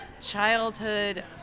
childhood